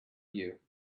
you